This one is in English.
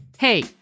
Hey